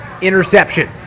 interception